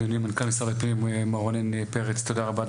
אדוני מנכ"ל משרד הפנים מר רונן פרץ תודה רבה,